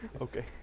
Okay